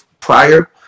prior